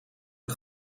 een